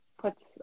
puts